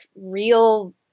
real